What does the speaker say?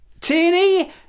teeny